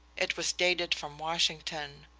it was dated from washington.